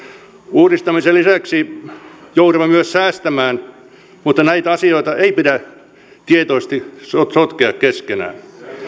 uudistamisen lisäksi joudumme myös säästämään mutta näitä asioita ei pidä tietoisesti sotkea sotkea keskenään